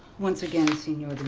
once again, sr.